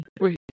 wait